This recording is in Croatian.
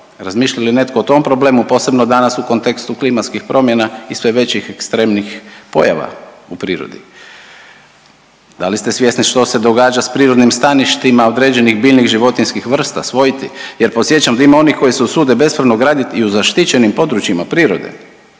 Razmišlja li netko o tom problemu posebno danas u kontekstu klimatskih promjena i sve većih ekstremnih pojava u prirodi? Da li ste svjesni što se događa sa prirodnim staništima određenih biljnih, životinjskih vrsta, svojti? Jer podsjećam da ima onih koji se usude bespravno graditi i u zaštićenim područjima prirode.